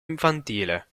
infantile